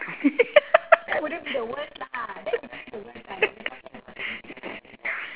to me